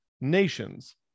nations